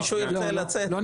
אם מישהו ירצה לצאת -- לא,